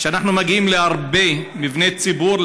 ואנחנו מגיעים להרבה מבני ציבור,